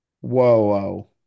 Whoa